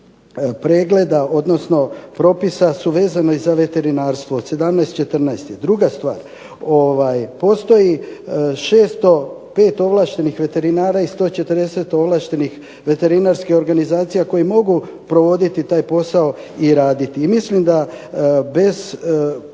pregleda, odnosno propisa su vezani za veterinarstvo … /Govornik se ne razumije./… Druga stvar, postoji 605 ovlaštenih veterinara i 140 ovlaštenih veterinarskih organizacija koje mogu provoditi taj posao i raditi. I mislim da bez